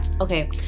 Okay